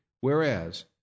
Whereas